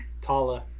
Tala